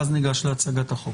ואז ניגש להצגת הצעת החוק.